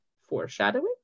foreshadowing